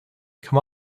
come